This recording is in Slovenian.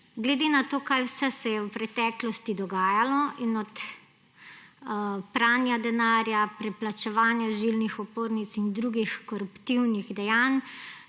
Glede na to, kaj vse se je v preteklosti dogajalo, od pranja denarja, preplačevanja žilnih opornic in drugih koruptivnih dejanj,